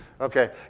Okay